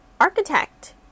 architect